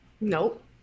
Nope